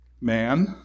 man